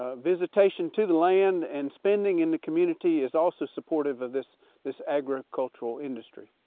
ah visitation to the land and spending in the community is also supportive of this this agricultural industry.